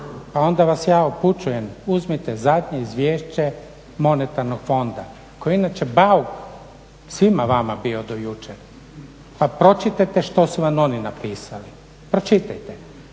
Pa onda vas ja upućujem, uzmite zadnje izvješće monetarnog fonda koje je inače bauk svima vama bio do jučer pa pročitajte što su vam oni napisali, pročitajte.